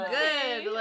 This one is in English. good